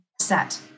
set